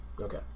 Okay